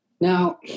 Now